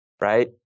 Right